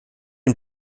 den